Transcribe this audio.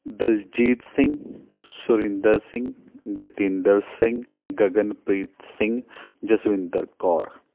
Daljit Singh Surinder Singh Jatinder Singh Gaganpreet Singh Jaswinder Kaur